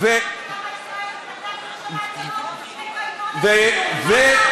שאלתי למה ישראל,